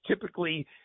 typically